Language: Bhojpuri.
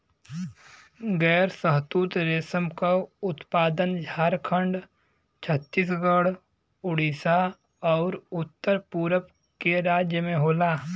गैर शहतूत रेशम क उत्पादन झारखंड, छतीसगढ़, उड़ीसा आउर उत्तर पूरब के राज्य में होला